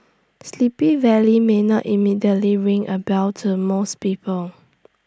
sleepy valley may not immediately ring A bell to most people